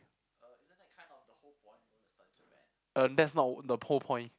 uh that's not the whole point